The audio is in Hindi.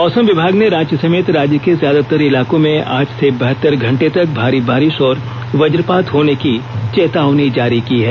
मौसम विभाग ने रांची समेत राज्य के ज्यादातर इलाकों में आज से बहतर घंटे तक भारी बारिश और वज्रपात होने की चेतावनी जारी की है